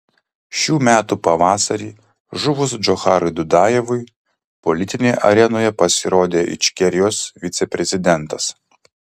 šių metų pavasarį žuvus džocharui dudajevui politinėje arenoje pasirodė ičkerijos viceprezidentas